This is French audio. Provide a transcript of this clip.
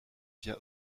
via